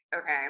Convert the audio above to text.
okay